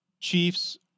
Chiefs